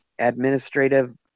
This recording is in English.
administrative